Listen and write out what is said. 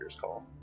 call